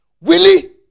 Willie